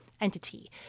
entity